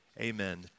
Amen